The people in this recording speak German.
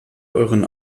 euren